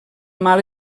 mal